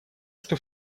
что